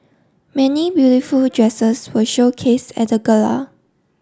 many beautiful dresses were showcased at the gala